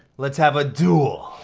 let's have a duel.